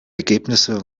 ergebnisse